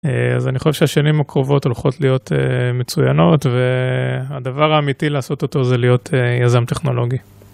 אז אני חושב שהשנים הקרובות הולכות להיות מצוינות והדבר האמיתי לעשות אותו זה להיות יזם טכנולוגי.